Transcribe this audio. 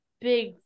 big